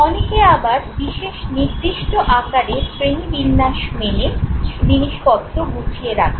অনেকে আবার বিশেষ নির্দিষ্ট আকারে শ্রেণীবিন্যাস মেনে জিনিসপত্র গুছিয়ে রাখেন